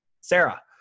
Sarah